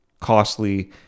costly